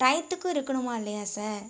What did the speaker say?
டையத்துக்கு இருக்குணுமா இல்லையா சார்